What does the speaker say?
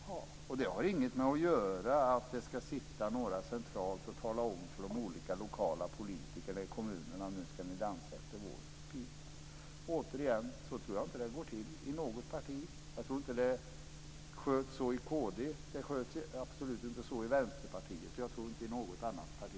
Det är inte fråga om att några som är centralt placerade ska tala om för politikerna i kommunerna att de ska dansa efter deras pipa. Återigen: Så tror jag inte att det går till i något parti. Jag tror inte att det sköts så i Kristdemokraterna, det sköts absolut inte så i Vänsterpartiet och såvitt jag vet inte heller i något annat parti.